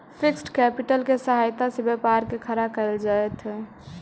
fixed capital के सहायता से व्यापार के खड़ा कईल जइत हई